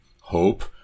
Hope